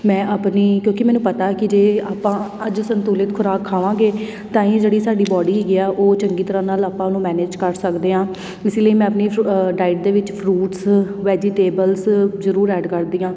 ਮੈਂ ਆਪਣੀ ਕਿਉਂਕਿ ਮੈਨੂੰ ਪਤਾ ਕਿ ਜੇ ਆਪਾਂ ਅੱਜ ਸੰਤੁਲਿਤ ਖ਼ੁਰਾਕ ਖਾਵਾਂਗੇ ਤਾਂ ਹੀ ਇਹ ਜਿਹੜੀ ਸਾਡੀ ਬਾਡੀ ਹੈਗੀ ਆ ਉਹ ਚੰਗੀ ਤਰ੍ਹਾਂ ਨਾਲ ਆਪਾਂ ਉਹਨੂੰ ਮੈਨੇਜ ਕਰ ਸਕਦੇ ਹਾਂ ਇਸ ਲਈ ਮੈਂ ਆਪਣੀ ਫਰੂ ਡਾਇਟ ਦੇ ਵਿੱਚ ਫਰੂਟਸ ਵੈਜੀਟੇਬਲਸ ਜ਼ਰੂਰ ਐਡ ਕਰਦੀ ਹਾਂ